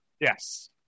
Yes